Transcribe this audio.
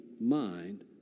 mind